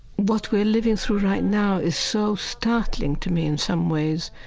what we're living through right now is so startling to me in some ways,